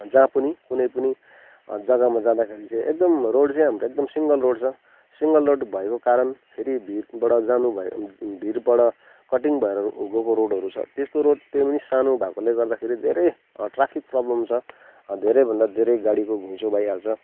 जहाँ पनि कुनै पनि जग्गामा जाँदाखेरि चाहिँ एकदम रोड चाहिँ हाम्रो एकदम सिङ्गल रोड छ सिङ्गल रोड भएको कारण फेरि भिरबाट जानु भए भिरबाट कटिङ भएर गएको रोडहरू छ त्यस्तो रोड त्यो पनि सानो भएकोले गर्दाखेरि धेरै ट्राफिक प्रब्लम छ धेरैभन्दा धेरै गाडीको घुइँचो भइहाल्छ